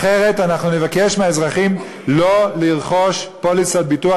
אחרת אנחנו נבקש מהאזרחים שלא לרכוש פוליסות ביטוח